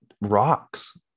rocks